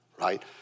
right